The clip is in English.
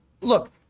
Look